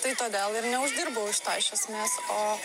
tai todėl ir neuždirbau iš to iš esmės o